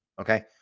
okay